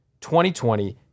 2020